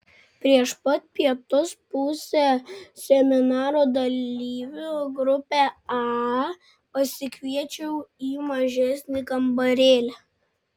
prieš pat pietus pusę seminaro dalyvių grupę a pasikviečiau į mažesnį kambarėlį